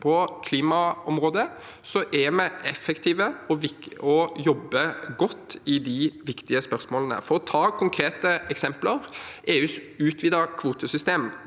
På klimaområdet er vi effektive og jobber godt med de viktige spørsmålene. For å ta et konkret eksempel: EUs utvidete kvotesystem